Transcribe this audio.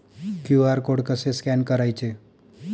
QR code कसे scan करायचे?